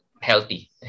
healthy